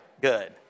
Good